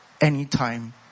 anytime